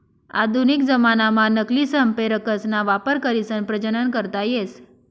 आधुनिक जमानाम्हा नकली संप्रेरकसना वापर करीसन प्रजनन करता येस